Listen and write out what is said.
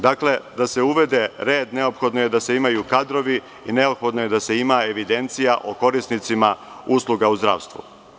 Dakle, da se uvede red, neophodno je da se imaju kadrovi i neophodno je da se ima evidencija o korisnicima usluga u zdravstvu.